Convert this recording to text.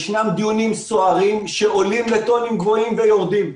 ישנם דיונים סוערים שעולים לטונים גבוהים ויורדים,